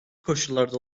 koşullarda